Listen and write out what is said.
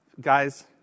Guys